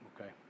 okay